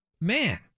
man